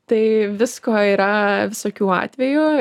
tai visko yra visokių atvejų